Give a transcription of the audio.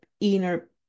inner